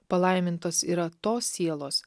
palaimintos yra tos sielos